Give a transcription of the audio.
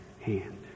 hand